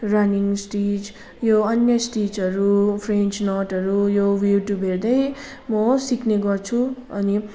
running stitch यो अन्य स्टिचहरू फ्रेन्च नटहरू यो युट्युब हेर्दै म सिक्ने गर्छु अनि